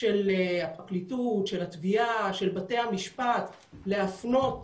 של הפרקליטות, של התביעה, של בתי המשפט, להפנות